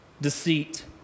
deceit